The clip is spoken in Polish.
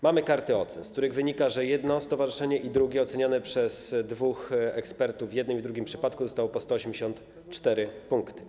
Mamy karty ocen, z których wynika, że jedno i drugie stowarzyszenie ocenione przez dwóch ekspertów w jednym i w drugim przypadku dostało po 184 punkty.